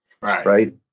right